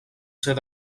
ser